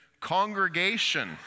congregation